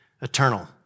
eternal